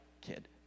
kid